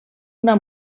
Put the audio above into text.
una